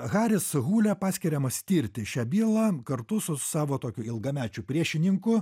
haris hūlė paskiriamas tirti šią bylą kartu su savo tokiu ilgamečiu priešininku